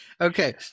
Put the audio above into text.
Okay